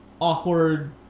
awkward